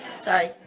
sorry